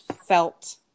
felt